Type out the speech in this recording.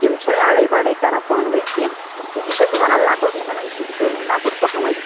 تِم چھِنہٕ لڑٲے وَڑٲے کَران پانہٕ ؤنۍ کیٚنٛہہ تہٕ یہِ چھَس بہٕ وَنان لۄکُٹ بہٕ چھَس ونان یہِ چھِ بچور وٕنۍ لۄکُٹ پَہم وۄنۍ